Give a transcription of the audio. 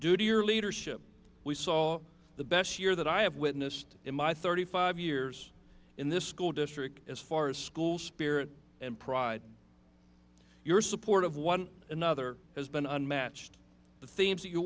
your leadership we saw the best year that i have witnessed in my thirty five years in this school district as far as school spirit and pride your support of one another has been unmatched the themes